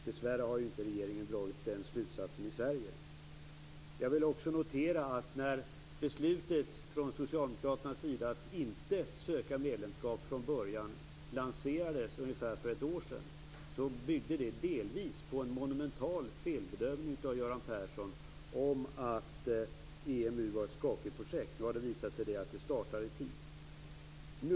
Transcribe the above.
Dessvärre har inte regeringen i Sverige dragit den slutsatsen. Vidare noterar jag att när Socialdemokraternas beslut om att inte söka medlemskap från början för ungefär ett år sedan lanserades, så byggde det delvis på en monumental felbedömning av Göran Persson - att EMU var ett skakigt projekt. Nu har det visat sig att det startar i tid.